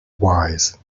wise